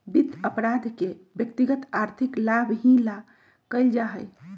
वित्त अपराध के व्यक्तिगत आर्थिक लाभ ही ला कइल जा हई